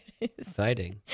Exciting